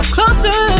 Closer